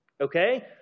Okay